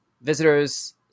Visitors